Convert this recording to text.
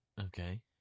Okay